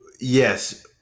Yes